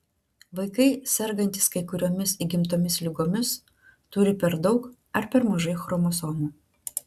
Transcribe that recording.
vaikai sergantys kai kuriomis įgimtomis ligomis turi per daug ar per mažai chromosomų